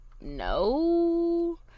No